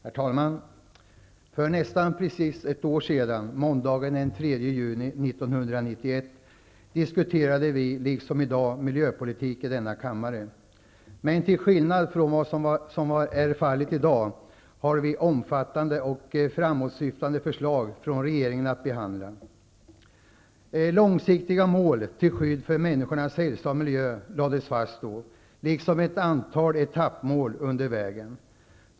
Herr talman! För nästan precis ett år sedan, måndagen den 3 juni 1991, diskuterade vi -- liksom i dag -- miljöpolitik i denna kammare. Men till skillnad från vad som är fallet i dag hade vi då omfattande och framåtsyftande förslag från regerinen att behandla. Långsiktiga mål till skydd för människors hälsa och miljö lades fast, liksom ett antal etappmål som skulle uppnås under vägen.